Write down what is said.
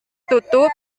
tutup